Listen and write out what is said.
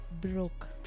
broke